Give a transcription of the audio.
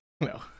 No